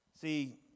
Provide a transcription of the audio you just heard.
See